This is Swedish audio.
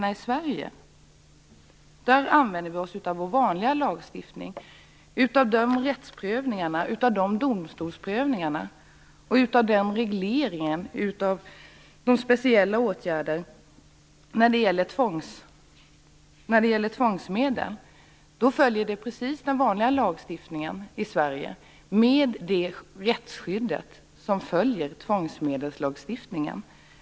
När det gäller högerextremister använder vi oss av vår vanliga lagstiftning, rättsprövningar, domstolsprövningar och regleringar av speciella åtgärder vad gäller tvångsmedel. Vi följer alltså helt den vanliga lagstiftningen i Sverige med det rättsskydd som följer av tvångsmedelslagstiftningen.